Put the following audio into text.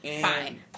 fine